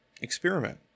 experiment